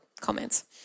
comments